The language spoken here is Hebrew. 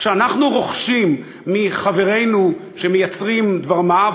כשאנחנו רוכשים מחברינו שמייצרים דבר-מה,